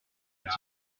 type